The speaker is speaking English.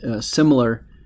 similar